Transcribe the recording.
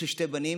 יש לי שני בנים